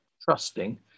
trusting